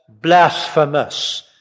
blasphemous